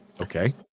Okay